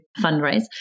fundraise